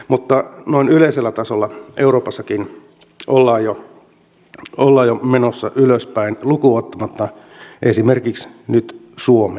mutta noin yleisellä tasolla euroopassakin ollaan jo menossa ylöspäin lukuun ottamatta esimerkiksi nyt suomea